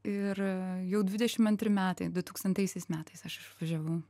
ir jau dvidešim antri metai dutūkstantaisiais metais aš išvažiavau